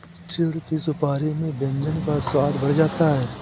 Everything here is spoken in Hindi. चिढ़ की सुपारी से व्यंजन का स्वाद बढ़ जाता है